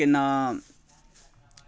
केह् नाऽ